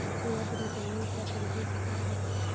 मध्य जमीन खातिर बीज कौन होखे?